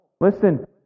listen